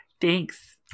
Thanks